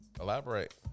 Elaborate